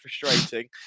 frustrating